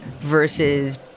versus